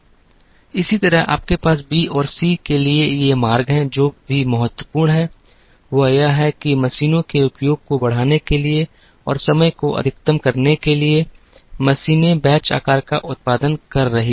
इसी तरह आपके पास B और C के लिए ये मार्ग हैं जो भी महत्वपूर्ण है वह यह है कि मशीनों के उपयोग को बढ़ाने के लिए और समय को अधिकतम करने के लिए मशीनें बैच आकार का उत्पादन कर रही थीं